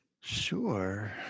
Sure